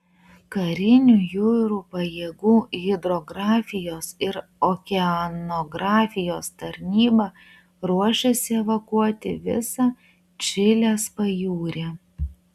karinių jūrų pajėgų hidrografijos ir okeanografijos tarnyba ruošiasi evakuoti visą čilės pajūrį